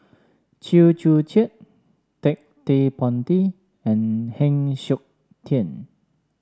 Chew Joo Chiat Ted De Ponti and Heng Siok Tian